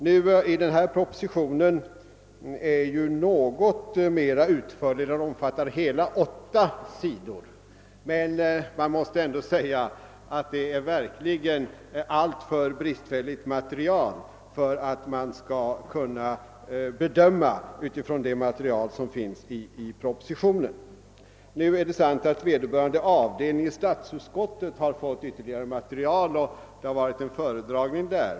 Den nu aktuella propositionen är ju något mera utförlig eftersom den omfattar hela åtta sidor, men man måste ändå säga att den ger ett alltför bristfälligt material för en bedömning. Nu har dock vederbörande avdelning i statsutskottet fått ytterligare material och det har också varit en föredragning där.